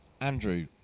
Andrew